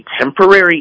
temporary